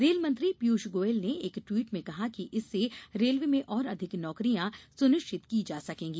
रेलमंत्री पीयूष गोयल ने एक ट्वीट में कहा कि इससे रेलवे में और अधिक नौकरियां सुनिश्चित की जा सकेंगी